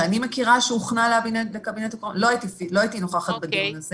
שאני מכירה שהוכנה לקבינט הקורונה לא הייתי נוכחת בדיון הזה